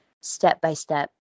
step-by-step